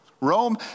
Rome